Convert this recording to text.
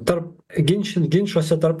tarp ginč ginčuose tarp